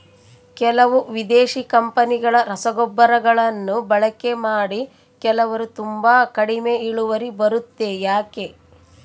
ಕೆಲವು ವಿದೇಶಿ ಕಂಪನಿಗಳ ರಸಗೊಬ್ಬರಗಳನ್ನು ಬಳಕೆ ಮಾಡಿ ಕೆಲವರು ತುಂಬಾ ಕಡಿಮೆ ಇಳುವರಿ ಬರುತ್ತೆ ಯಾಕೆ?